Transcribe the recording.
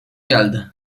geldi